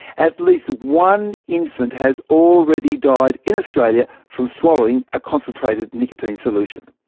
at least one infant has already died in australia from swallowing a concentrated nicotine solution.